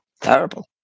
Terrible